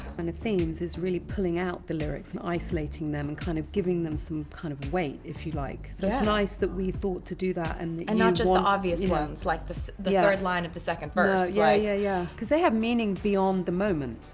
and themes is really pulling out the lyrics and isolating them and kind of giving them some kind of weight, if you like. so it's nice that we thought to do that. and and not just the obvious ones, like the the third line of the second verse. yeah yeah yeah cause they have meaning beyond the moment,